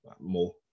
more